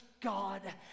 God